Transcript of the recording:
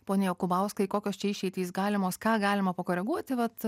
pone jokubauskai kokios čia išeitys galimos ką galima pakoreguoti vat